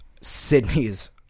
Sydney's